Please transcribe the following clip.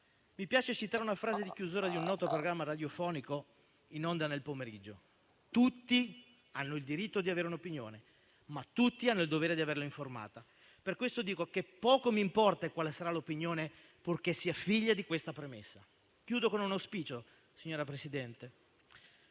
Mi piace citare una frase di chiusura di un noto programma radiofonico in onda nel pomeriggio: tutti hanno il diritto di avere un'opinione, ma tutti hanno il dovere di averla informata. Per questo dico che poco mi importa di quale sarà l'opinione, purché sia figlia di questa premessa. Concludo con un auspicio, signora Presidente,